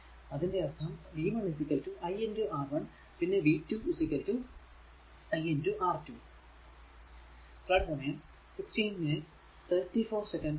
അതിന്റെ അർഥം v 1 i R1 പിന്നെ v 2 i R2